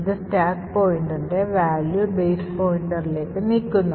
ഇത് സ്റ്റാക്ക് pointerൻറെ value base പോയിന്ററിലേക്ക് നീക്കുന്നു